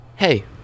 Hey